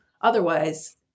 Otherwise